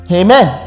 amen